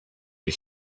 his